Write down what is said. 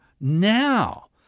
now